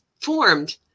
formed